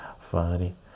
Funny